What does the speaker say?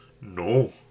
No